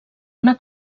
una